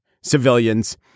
civilians